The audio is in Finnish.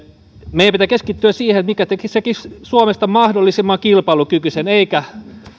meidän pitää keskittyä siihen mikä tekisi tekisi suomesta mahdollisimman kilpailukykyisen eikä